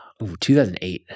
2008